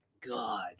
God